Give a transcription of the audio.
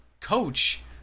coach